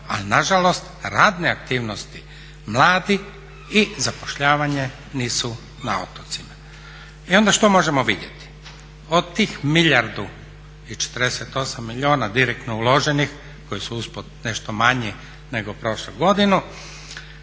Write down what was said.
ali nažalost, radne aktivnosti, mladi i zapošljavanje nisu na otocima. I onda što možemo vidjeti? Od tih milijardu i 48 milijuna direktno uloženih koji su usput nešto manji nego prošlu godinu,